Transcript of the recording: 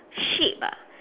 sheep ah